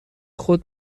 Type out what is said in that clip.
خود